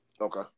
Okay